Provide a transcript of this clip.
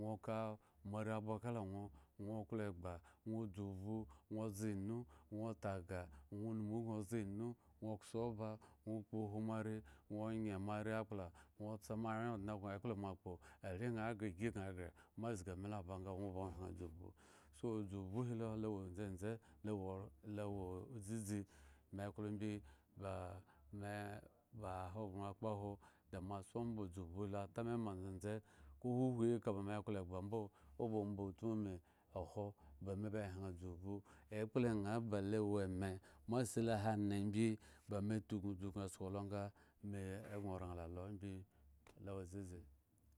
Ŋwo ka moare ba kala ŋwo, ŋwo klo egba, ŋwo dzubhu, ŋwo nze inu, ŋwo tagah, ŋwo numu ubin nze inu, ŋwo kso ba ŋwo kpoh wo moare, ŋwo nye moare akpla, ŋwo tsa moawyen odŋe gŋo ekpla mo akpo areŋha ghre igi gŋa ghre mo azgi ami lo aba nga ŋwo ba hyen dzubhu so dzubhu helo wo ndzendze la ewo la ewo dzadzi me klo imbi ba ame ba ahogbren akpo ahwo da moasi omba dzu hilo atamema ndzendze ko huhuhi eka ba me klo egba mbo oba omba utmu me ohwo ba meba hyen dzubhu ekpla ŋha balo wo eme moasi lo hi ane imbi ba me tuknu dzubin sko lo nga ame egŋo oraŋ la lo imbi lo awo dzadzi.